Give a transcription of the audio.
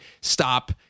stop